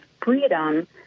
freedom